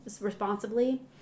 responsibly